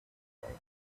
midday